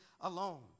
alone